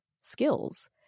skills